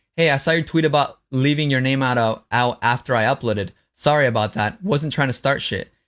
hey, i saw your tweet about leaving your name out out out after i uploaded. sorry about that. wasn't trying to start sh-t,